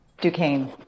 Duquesne